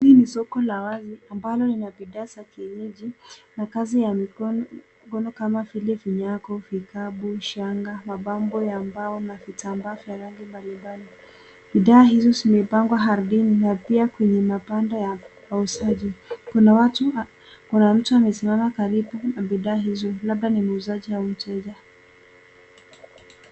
Hii ni soko la wazi ambalo lina bidhaa za kienyeji na kazi ya mikono kama vile vinyako, vikapu, shanga mapambo ya mbao na vitambaa vya rangi mbalimbali. Bidhaa hizo zimepangwa ardhini na pia kwenye mapanda ya Wauzaji kuna mtu amesimama karibu na bidhaa hizo labda ni muuzaji au mteja.